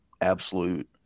absolute